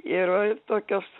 ir va ir tokios